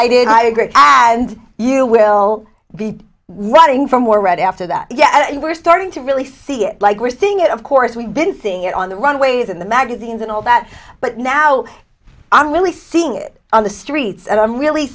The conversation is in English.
cited i agree and you will be writing for more right after that yeah we're starting to really see it like we're seeing it of course we've been seeing it on the runways and the magazines and all that but now i'm really seeing it on the streets and i'm really